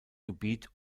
gebiet